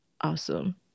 awesome